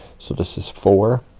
so this is four